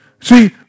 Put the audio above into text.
See